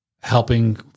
helping